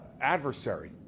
adversary